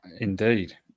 indeed